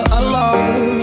alone